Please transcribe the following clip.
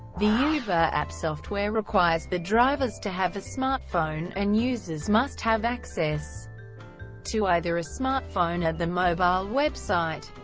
the uber app software requires the drivers to have a smartphone, and users must have access to either a smartphone or and the mobile website.